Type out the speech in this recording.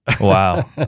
Wow